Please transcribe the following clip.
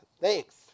thanks